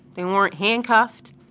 they weren't handcuffed.